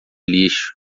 lixo